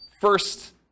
first